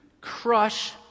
crush